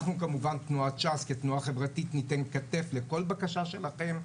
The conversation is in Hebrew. אנחנו כמובן תנועת ש"ס כתנועה חברתית ניתן כתף לכל בקשה שלכם,